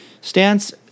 stance